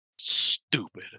stupid